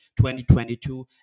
2022